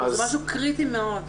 זה משהו קריטי מאוד.